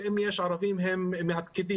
ואם יש ערבים הם פקידים,